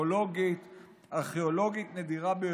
אקולוגית וארכיאולוגיה נדירה ביותר,